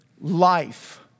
life